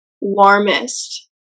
warmest